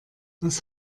was